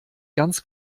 ganz